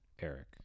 Eric